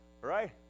right